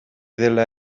dela